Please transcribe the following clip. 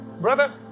brother